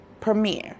Premiere